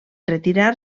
retirar